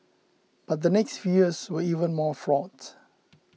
but the next few years were even more fraught